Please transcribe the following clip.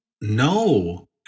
No